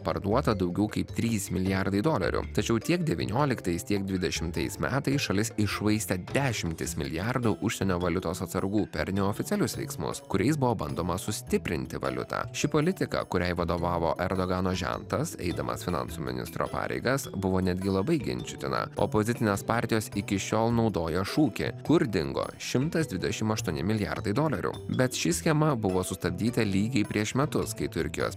parduota daugiau kaip trys milijardai dolerių tačiau tiek devynioliktais tiek dvidešimtais metais šalis iššvaistė dešimtis milijardų užsienio valiutos atsargų per neoficialius veiksmus kuriais buvo bandoma sustiprinti valiutą ši politika kuriai vadovavo erdogano žentas eidamas finansų ministro pareigas buvo netgi labai ginčytina opozicinės partijos iki šiol naudoja šūkį kur dingo šimtas dvidešim aštuoni milijardai dolerių bet ši schema buvo sustabdyta lygiai prieš metus kai turkijos